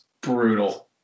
brutal